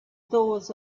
doors